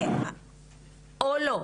או לא.